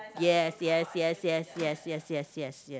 yes yes yes yes yes yes yes yes yes